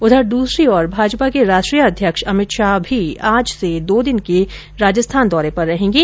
उधर दूसरी ओर भाजपा के राष्ट्रीय अध्यक्ष अमित शाह भी आज से दो दिन के दौरे पर रहेंगे